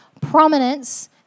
prominence